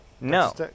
No